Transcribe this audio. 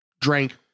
drank